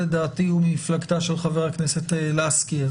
שלדעתי הוא ממפלגתה של חברת הכנסת לסקי,